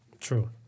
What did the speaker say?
True